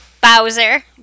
Bowser